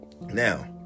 now